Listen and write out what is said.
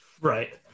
Right